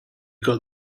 got